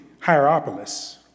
Hierapolis